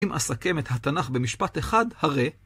אם אסכם את התנ״ך במשפט אחד, הרי